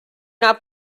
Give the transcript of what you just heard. not